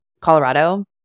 Colorado